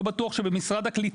לא בטוח שבמשרד הקליטה,